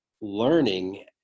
learning